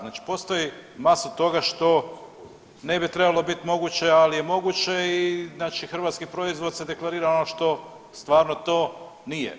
Znači postoji masu toga što ne bi trebalo biti moguće, ali je moguće i znači hrvatski proizvod se deklarira ono što stvarno to nije.